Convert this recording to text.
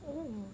mm